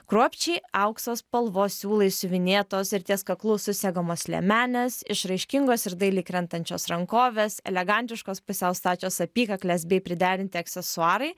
kruopščiai aukso spalvos siūlais siuvinėtos ir ties kaklu susegamos liemenės išraiškingos ir dailiai krentančios rankovės elegantiškos pusiau stačios apykaklės bei priderinti aksesuarai